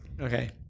Okay